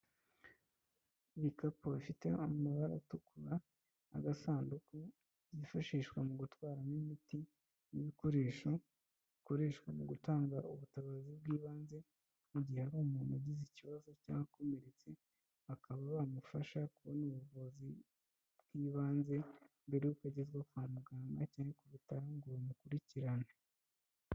Ibikapu bifite amabara atukura n'agasanduku kifashishwa mu gutwaramo imiti n'ibikoresho, bikoreshwa mu gutanga ubutabazi bw'ibanze, mu gihe hari umuntu wagize ikibazo cyanga akomeretse, bakaba bamufasha kubona ubuvuzi bw'ibanze, mbere yuko agezwa kwa muganga cyangwa ku bitaro ngo bamukurikirane.